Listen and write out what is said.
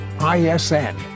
ISN